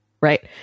right